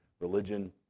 religion